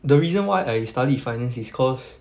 the reason why I study finance is cause